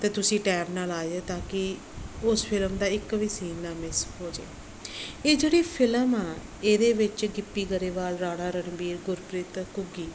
ਅਤੇ ਤੁਸੀਂ ਟੈਮ ਨਾਲ ਆ ਜਾਇਓ ਤਾਂ ਕਿ ਉਸ ਫਿਲਮ ਦਾ ਇੱਕ ਵੀ ਸੀਨ ਨਾ ਮਿਸ ਹੋ ਜਾਏ ਇਹ ਜਿਹੜੀ ਫਿਲਮ ਆ ਇਹਦੇ ਵਿੱਚ ਗਿੱਪੀ ਗਰੇਵਾਲ ਰਾਣਾ ਰਣਬੀਰ ਗੁਰਪ੍ਰੀਤ ਘੁੱਗੀ